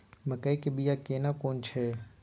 मकई के बिया केना कोन छै यो?